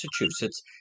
Massachusetts